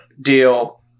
deal